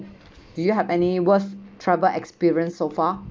do you have any worst travel experience so far